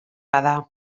bada